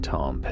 Tom